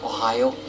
Ohio